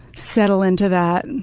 settle into that